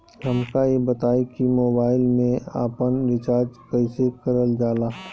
हमका ई बताई कि मोबाईल में आपन रिचार्ज कईसे करल जाला?